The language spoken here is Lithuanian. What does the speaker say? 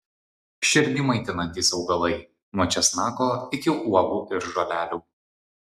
širdį maitinantys augalai nuo česnako iki uogų ir žolelių